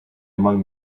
among